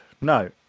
No